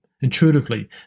Intuitively